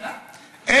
אתה, עיסאווי?